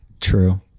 True